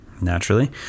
naturally